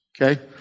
okay